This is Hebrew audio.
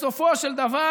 בסופו של דבר,